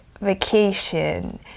vacation